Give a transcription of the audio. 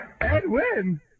Edwin